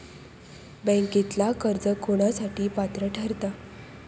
बँकेतला कर्ज कोणासाठी पात्र ठरता?